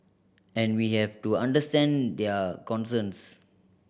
and we have to understand their concerns